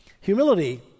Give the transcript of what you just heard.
Humility